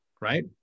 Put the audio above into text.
right